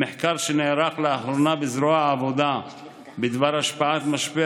ממחקר שנערך לאחרונה בזרוע העבודה בדבר השפעת משבר